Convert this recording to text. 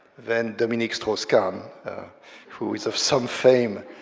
then, dominique strauss-kahn who is of some fame